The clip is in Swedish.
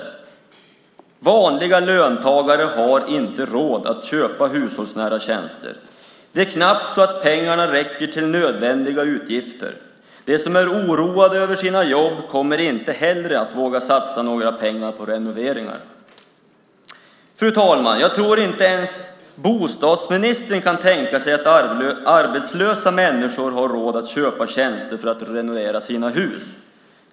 Men vanliga löntagare har inte råd att köpa hushållsnära tjänster. Det är knappt så att pengarna räcker till nödvändiga utgifter. De som är oroade över sina jobb kommer inte heller att satsa några pengar på att renovera. Jag tror inte ens att bostadsministern kan tänka sig att arbetslösa människor har råd att köpa tjänster för att renovera sina hus.